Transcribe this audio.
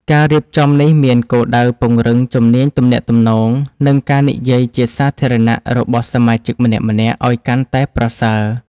ការរៀបចំនេះមានគោលដៅពង្រឹងជំនាញទំនាក់ទំនង និងការនិយាយជាសាធារណៈរបស់សមាជិកម្នាក់ៗឱ្យកាន់តែប្រសើរ។